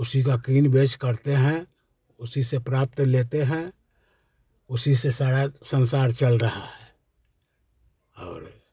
उसी का किन बेच करते हैं उसी से प्राप्त लेते हैं उसी से सारा संसार चल रहा है और